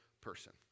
person